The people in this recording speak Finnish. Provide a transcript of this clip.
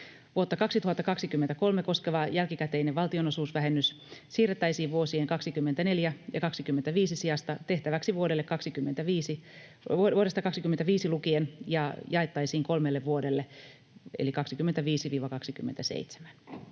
Vuotta 2023 koskeva jälkikäteinen valtionosuusvähennys siirrettäisiin vuosien 24 ja 25 sijasta tehtäväksi vuodesta 25 lukien ja jaettaisiin kolmelle vuodelle eli vuosille